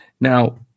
Now